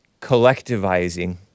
collectivizing